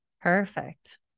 Perfect